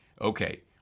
Okay